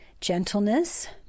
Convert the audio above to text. gentleness